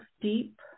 deep